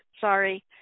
Sorry